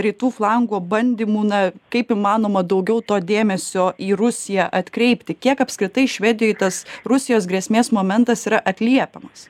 rytų flango bandymų na kaip įmanoma daugiau to dėmesio į rusiją atkreipti kiek apskritai švedijoj tas rusijos grėsmės momentas yra atliepiamas